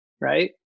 Right